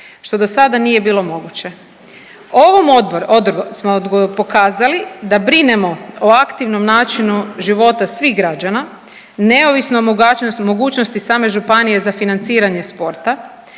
što do sada nije bilo moguće. Ovom odredbom smo pokazali da brinemo o aktivnom načinu života svih građana neovisno o mogućnosti same županije za financiranje sporta